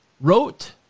wrote